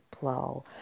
blow